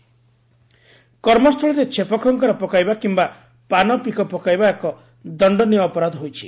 ସ୍ୱିଟିଂ fine କର୍ମସ୍ଥଳୀରେ ଛେପଖଙ୍କାର ପକାଇବା କିମ୍ବା ପାନପିକ ପକାଇବା ଏକ ଦଣ୍ଡନୀୟ ଅପରାଧ ହୋଇଛି